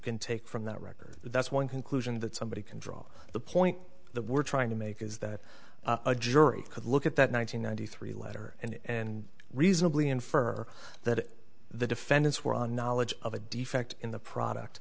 can take from that record that's one conclusion that somebody can draw the point that we're trying to make is that a jury could look at that one thousand nine hundred three letter and reasonably infer that the defendants were on knowledge of a defect in the product